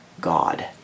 God